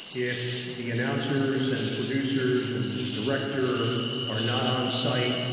if the announcers and the producers and director are not on site,